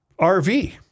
RV